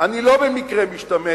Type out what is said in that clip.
אני לא במקרה משתמש